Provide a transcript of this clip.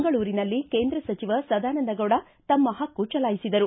ಮಂಗಳೂರಿನಲ್ಲಿ ಕೇಂದ್ರ ಸಚಿವ ಸದಾನಂದಗೌಡ ತಮ್ಮ ಪಕ್ಕು ಚಲಾಯಿಸಿದರು